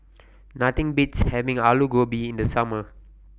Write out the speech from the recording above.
Nothing Beats having Alu Gobi in The Summer